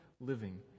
living